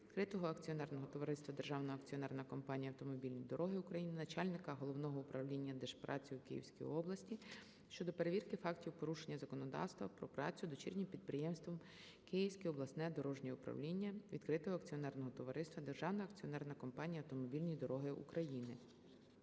відкритого акціонерного товариства "Державна акціонерна компанія "Автомобільні дороги України", начальника Головного управління Держпраці у Київській області щодо перевірки фактів порушення законодавства про працю дочірнім підприємством "Київське обласне дорожнє управління" відкритого акціонерного товариства "Державна акціонерна компанія "Автомобільні дороги України".